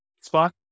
spot